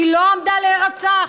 היא לא עמדה להירצח?